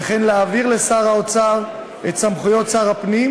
וכן להעביר לשר האוצר את סמכויות שר הפנים